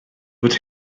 fod